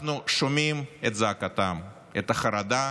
אנחנו שומעים את זעקתם, את החרדה,